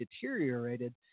deteriorated